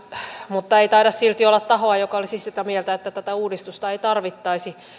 mutta ei taida silti olla tahoa joka olisi sitä mieltä että tätä uudistusta ei tarvittaisi